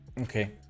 okay